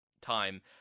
time